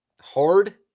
Hard